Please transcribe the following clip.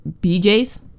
bj's